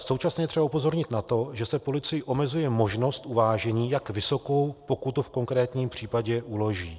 Současně je třeba upozornit na to, že se policii omezuje možnost uvážení, jak vysokou pokutu v konkrétním případě uloží.